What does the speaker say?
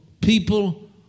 people